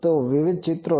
તો તે વિવિધ ચિત્રો છે